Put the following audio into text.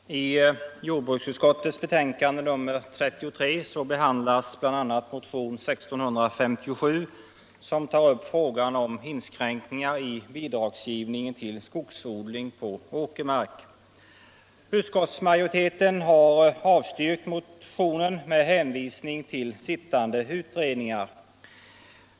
Herr talman! I jordbruksutskottets betänkande nr 33 behandlas bl.a. motionen 1657, som tar upp frågan om inskränkningar i bidragsgivningen till skogsodling på åkermark. Utskottsmajoriteten har avstyrkt motionen med hänvisning till sittande utredningar.